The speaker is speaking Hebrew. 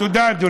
תודה, אדוני.